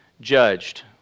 judged